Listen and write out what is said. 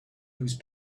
whose